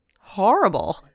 horrible